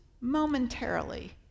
momentarily